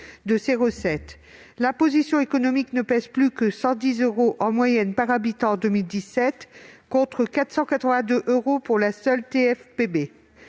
de leurs recettes. L'imposition économique ne représente plus que 110 euros en moyenne par habitant en 2017, contre 482 euros pour la seule taxe